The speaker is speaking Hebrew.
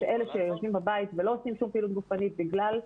של אלה שיושבים בבית ולא עושים שום פעילות גופנית בכלל,